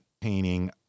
painting